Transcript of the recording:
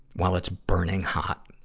while it's burning hot.